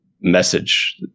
message